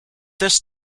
this